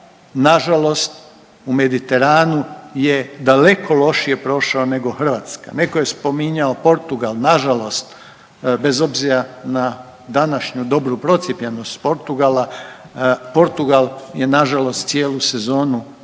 nažalost u Mediteranu je daleko lošije prošao nego Hrvatska. Neko je spominjao Portugal, nažalost bez obzira na današnju dobru procijepljenost Portugala, Portugal je nažalost cijelu sezonu